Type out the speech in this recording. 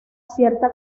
cierta